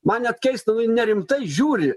man net keista nu ji nerimtai žiūri